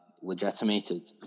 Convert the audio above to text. legitimated